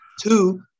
Two